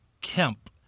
Kemp